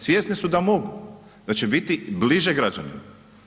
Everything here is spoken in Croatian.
Svjesni su da mogu da će biti bliže građanima.